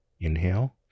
inhale